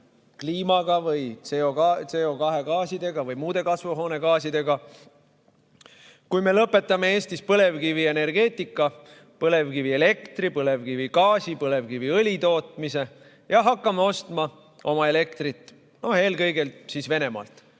kliimaga või CO2‑ga või muude kasvuhoonegaasidega, kui me lõpetame Eestis põlevkivienergeetika, põlevkivielektri, põlevkivigaasi, põlevkiviõli tootmise ja hakkame ostma oma elektrit eelkõige Venemaalt?